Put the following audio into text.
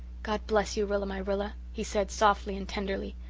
god bless you, rilla-my-rilla, he said softly and tenderly.